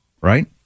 Right